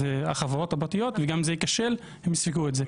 זה החברות הפרטיות וגם אם זה ייכשל הם יספגו את זה.